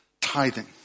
tithing